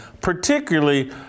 particularly